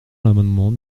l’amendement